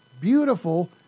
beautiful